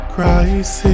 Crisis